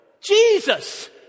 Jesus